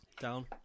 down